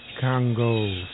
Congo